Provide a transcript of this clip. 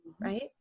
right